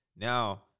Now